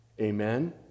amen